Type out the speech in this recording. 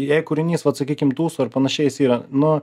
jei kūrinys vat sakykim tūso ar panašiai jis yra nu